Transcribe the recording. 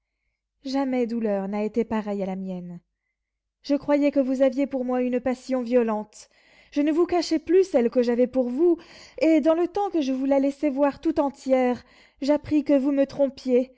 jamais douleur n'a été pareille à la mienne je croyais que vous aviez pour moi une passion violente je ne vous cachais plus celle que j'avais pour vous et dans le temps que je vous la laissais voir tout entière j'appris que vous me trompiez